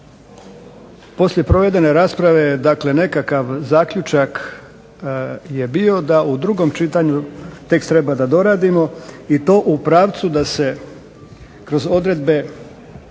Poslije provedene rasprave dakle nekakav zaključak je bio da u drugom čitanju tekst treba da doradimo i to u pravcu da se kroz odredbe